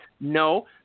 No